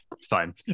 Fine